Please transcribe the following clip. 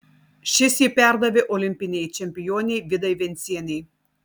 šis jį perdavė olimpinei čempionei vidai vencienei